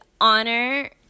honor